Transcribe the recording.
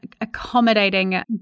accommodating